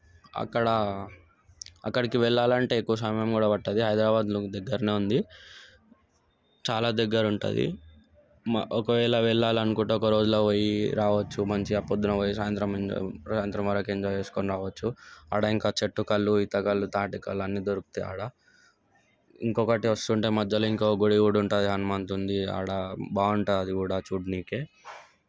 అక్కడ అక్కడికి వెళ్లాలంటే ఎక్కువ సమయం కూడా పట్టదు హైదరాబాద్ దగ్గరనే ఉంది చాలా దగ్గర ఉంటుంది ఒకవేళ వెళ్లాలి అనుకుంటే ఒకరోజులో పోయి రావచ్చు మంచిగా పొద్దున పోయి సాయంత్రం ఇంకా సాయంత్రం వరకు ఎంజాయ్ చేసుకొని రావచ్చు ఆడ ఇంకా చెట్టుకల్లు ఈతకల్లు తాటికల్లు అన్నీ దొరుకుతాయి ఆడ ఇంకొకటి వస్తుంటే మధ్యలో ఇంకొక గుడి కూడా ఉంటుంది హనుమంతునిది ఆడ బాగుంటుంది అది కూడా చూడడానికి